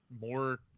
more